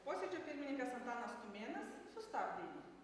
posėdžio pirmininkas antanas tumėnas sustabdė jį